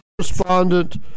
correspondent